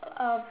uh